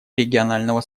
регионального